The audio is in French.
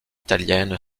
italienne